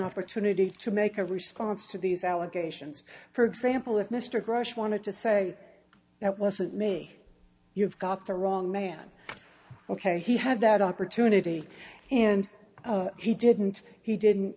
opportunity to make a response to these allegations for example if mr gross wanted to say that wasn't me you've got the wrong man ok he had that opportunity and he didn't he didn't